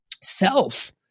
self